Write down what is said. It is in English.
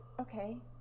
Okay